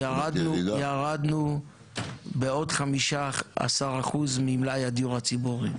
ירדנו בעוד 15% ממלאי הדיור הציבורי.